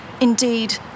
Indeed